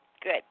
Good